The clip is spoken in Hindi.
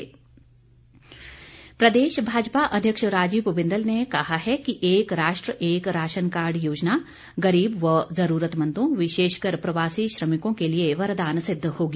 भाजपा कांग्रेस प्रदेश भाजपा अध्यक्ष राजीव बिंदल ने कहा है कि एक राष्ट्र एक राशनकार्ड योजना गरीब व ज़रूरतमंदों विशेषकर प्रवासी श्रमिकों के लिए वरदान सिद्ध होगी